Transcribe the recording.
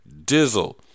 Dizzle